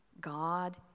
God